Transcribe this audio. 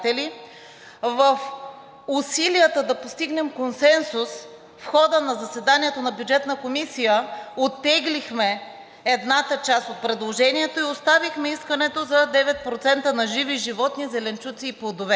В усилията да постигнем консенсус в хода на заседанието на Бюджетната комисия оттеглихме едната част от предложението и оставихме искането за 9% на живи животни, зеленчуци и плодове.